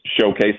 showcase